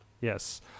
Yes